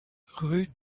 rue